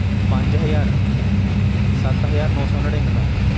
ਪੰਜ ਹਜ਼ਾਰ ਸੱਤ ਹਜ਼ਾਰ ਨੌ ਸੌ ਨੜੇਨਵੇਂ